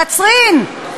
קצרין?